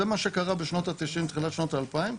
זה מה שקרה בשנות ה-90' תחילת שנות ה-2000,